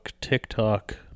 TikTok